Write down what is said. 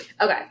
Okay